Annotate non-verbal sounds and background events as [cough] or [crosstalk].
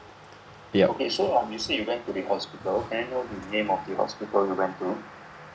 ya [noise]